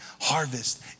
Harvest